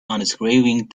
unscrewing